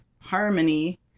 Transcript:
harmony